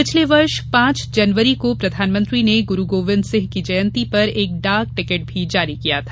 पिछले वर्ष पांच जनवरी को प्रधानमंत्री ने गुरू गोविन्दसिंह की जयंती पर उन्होंने एक डाक टिकट भी जारी किया था